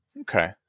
Okay